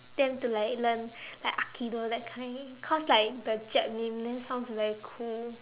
them to learn like aikido that kind cause like the Jap name then sounds very cool